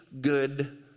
good